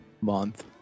month